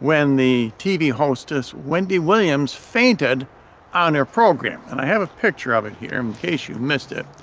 when the tv hostess, wendy williams, fainted on her program and i have a picture of it here, in case you missed it,